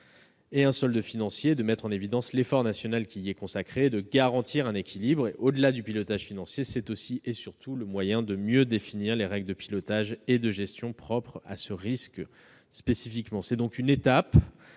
et un solde financier, de mettre en évidence l'effort national qui y est consacré et de garantir un équilibre. Au-delà du pilotage financier, c'est aussi et surtout le moyen de mieux définir les règles de pilotage et de gestion propres à ce risque. C'est donc une étape